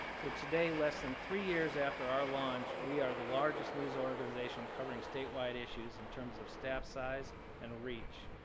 so today, less than three years after our launch, we are the largest news organization covering statewide issues in terms of staff size and reach.